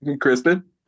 Kristen